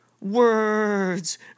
words